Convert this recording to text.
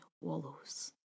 wallows